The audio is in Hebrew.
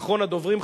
ואחרון הדוברים,